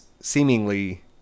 seemingly